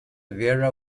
vera